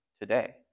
today